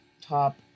top